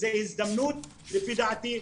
זו הזדמנות לפי דעתי.